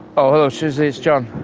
ah hello susie, it's john.